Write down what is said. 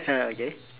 uh okay